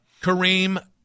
Kareem